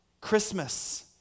Christmas